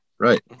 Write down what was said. right